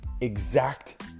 exact